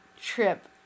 trip